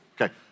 okay